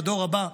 בדור הבא,